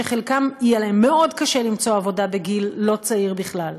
שחלקם יהיה להם מאוד קשה למצוא עבודה בגיל לא צעיר בכלל.